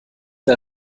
der